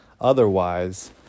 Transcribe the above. Otherwise